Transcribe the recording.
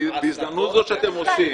בהזדמנות זו שאתם עושים,